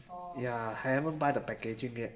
ya I haven't buy the packaging yet